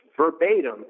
verbatim